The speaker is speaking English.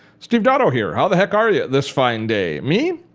steve dotto here. how the heck are you this fine day? me?